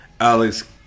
Alex